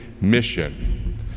mission